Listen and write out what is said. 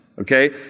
Okay